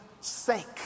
sake